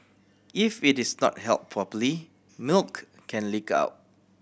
if it is not held properly milk can leak out